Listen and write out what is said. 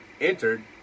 entered